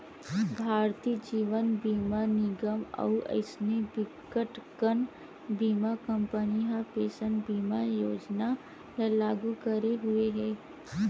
भारतीय जीवन बीमा निगन अउ अइसने बिकटकन बीमा कंपनी ह पेंसन बीमा योजना ल लागू करे हुए हे